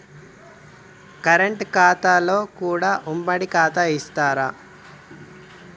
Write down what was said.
Current ఖాతాలో కూడా ఉమ్మడి ఖాతా ఇత్తరా?